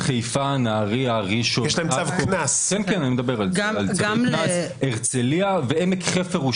חיפה, נהריה, ראשון, הרצליה ועמק חפר.